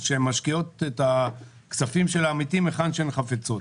שמשקיעות את הכספים של העמיתים היכן שהן חפצות,